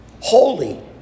holy